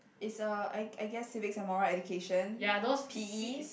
is a I I guess civics and moral education P_E